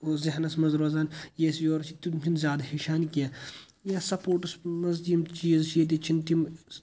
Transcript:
ذہنَس منٛز روزان یۄس یورٕ چھِ تِم چھِنہٕ زیادٕ ہیٚچھان کیٚںٛہہ یا سَپوٹٕس منٛز یِم چیٖز چھِ ییٚتہِ چھِنہٕ تِم